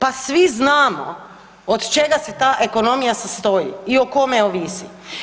Pa svi znamo od čega se ta ekonomija sastoji i o kome ovisi.